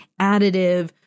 additive